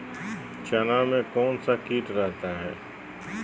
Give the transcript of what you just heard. चना में कौन सा किट रहता है?